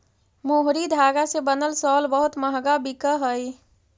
मोहरी धागा से बनल शॉल बहुत मँहगा बिकऽ हई